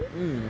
mm